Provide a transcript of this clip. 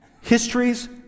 histories